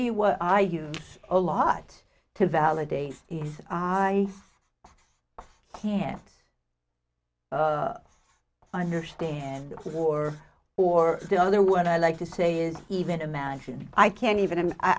you what i use a lot to validate is i can't understand war or the other would i like to say is even imagine i can't even